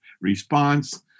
response